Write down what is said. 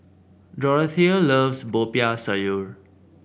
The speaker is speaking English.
Dorathea loves Popiah Sayur